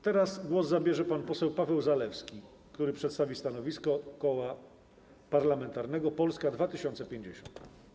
Teraz głos zabierze pan poseł Paweł Zalewski, który przedstawi stanowisko Koła Parlamentarnego Polska 2050.